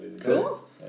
Cool